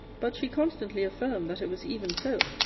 but she constantly affirmed that it was even so.